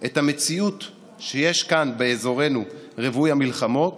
את המציאות שיש כאן באזורנו רווי המלחמות